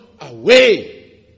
away